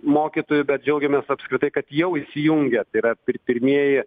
mokytojų bet džiaugiamės apskritai kad jau įsijungia tai yra pir pirmieji